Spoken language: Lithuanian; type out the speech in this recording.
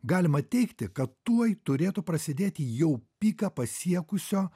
galima teigti kad tuoj turėtų prasidėti jau piką pasiekusio